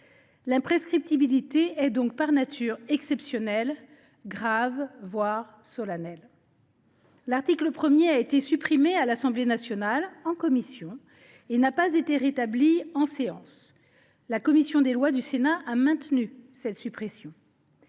L’imprescriptibilité est donc, par nature, exceptionnelle, grave, voire solennelle. L’article 1 a été supprimé par l’Assemblée nationale en commission, et n’a pas été rétabli en séance. Si la commission des lois du Sénat a maintenu cette suppression,